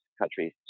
countries